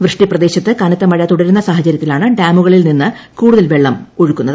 വൃഷ്ടിപ്രദേശത്ത് കനത്തമഴ തുടരുന്ന സാഹചര്യത്തിലാണ് ഡാമുകളിൽ നിന്ന് കൂടുതൽ വെള്ളം ഒഴുക്കുന്നത്